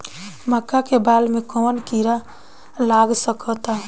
मका के बाल में कवन किड़ा लाग सकता?